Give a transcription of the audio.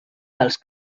dels